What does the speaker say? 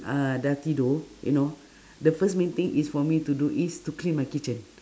uh dah tidur you know the first main thing is for me to do is to clean my kitchen